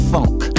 Funk